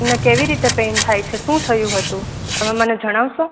તમને કેવી રીતે પેઈન થાય છે શું થયુ હતું તમે મને જણાવસો